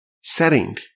setting